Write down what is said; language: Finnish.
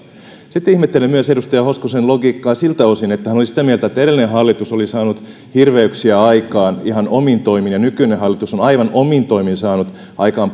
sitten ihmettelen myös edustaja hoskosen logiikkaa siltä osin että hän oli sitä mieltä että edellinen hallitus oli saanut hirveyksiä aikaan ihan omin toimin ja nykyinen hallitus on aivan omin toimin saanut aikaan